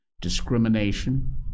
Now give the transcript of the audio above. discrimination